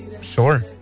Sure